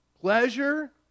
pleasure